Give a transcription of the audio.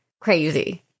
crazy